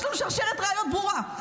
יש לנו שרשרת ראיות ברורה.